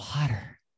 water